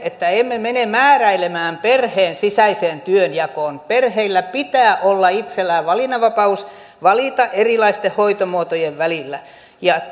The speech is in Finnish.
että emme mene määräilemään perheen sisäistä työnjakoa perheillä pitää olla itsellään valinnanvapaus valita erilaisten hoitomuotojen välillä ja